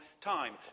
time